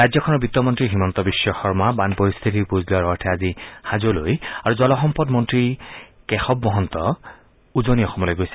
ৰাজ্যখনৰ বিত্ত মন্তী হিমন্ত বিশ্ব শৰ্মা বান পৰিস্থিতিৰ বুজ লোৱাৰ অৰ্থে আজি হাজোলৈ আৰু জলসম্পদ মন্ত্ৰী কেশৱ মহন্ত উজনি অসমলৈ গৈছে